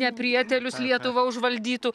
neprietėlius lietuvą užvaldytų